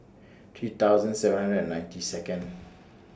three thousand seven hundred and ninety Second